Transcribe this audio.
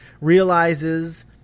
realizes